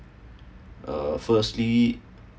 uh firstly